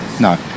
No